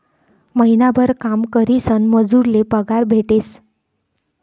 महिनाभर काम करीसन मजूर ले पगार भेटेस